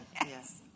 Yes